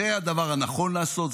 זה הדבר הנכון לעשות,